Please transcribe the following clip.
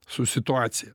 su situacija